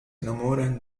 enamoran